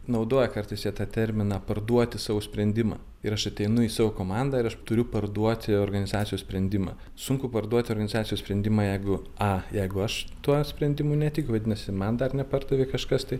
naudoja kartais jie tą terminą parduoti savo sprendimą ir aš ateinu į savo komandą ir aš turiu parduoti organizacijos sprendimą sunku parduoti organizacijos sprendimą jeigu a jeigu aš tuo sprendimu netikiu vadinasi man dar nepardavė kažkas tai